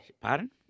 Pardon